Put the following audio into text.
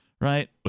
right